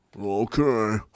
Okay